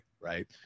right